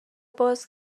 باز